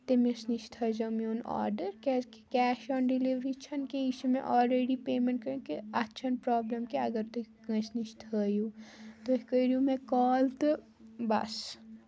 تٔمِس نِش تھٲیزیو میون آرڈَر کیٛازِکہِ کیش آن ڈِلِوری چھِنہٕ کیٚنہہ یہِ چھُ مےٚ آلرٔڈی پیمٮ۪نٛٹ کہِ اَتھ چھَنہٕ پرٛابلِم کیٚنہہ اگر تُہۍ کٲنٛسہِ نِش تھٲیِو تُہۍ کٔریوٗ مےٚ کال تہٕ بَس